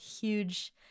huge